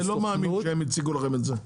אני לא מאמין שהם הציגו לכם את זה.